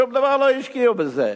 שום דבר לא השקיעו בזה,